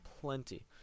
plenty